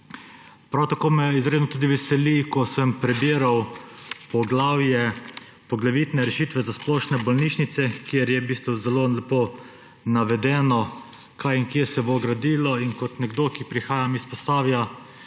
Prav tako me je izredno veselilo tudi, ko sem prebiral poglavje Poglavitne rešitve za splošne bolnišnice, kjer je v bistvu zelo lepo navedeno, kaj in kje se bo gradilo. Kot nekdo, ki prihaja iz Posavja,